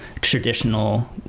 traditional